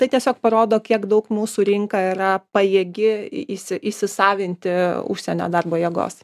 tai tiesiog parodo kiek daug mūsų rinka yra pajėgi įsi įsisavinti užsienio darbo jėgos